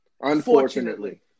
Unfortunately